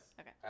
Okay